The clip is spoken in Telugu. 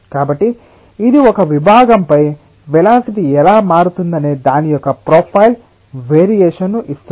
కాబట్టి ఇది ఒక విభాగంపై వెలాసిటి ఎలా మారుతుందనే దాని యొక్క ప్రొఫైల్ వేరియేషన్ ను ఇస్తుంది